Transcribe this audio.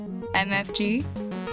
MFG